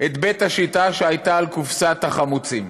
את בית השיטה שהייתה על קופסת החמוצים: